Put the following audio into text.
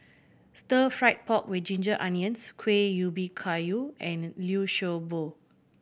Stir Fried Pork With Ginger Onions Kueh Ubi Kayu and Liu Sha Bao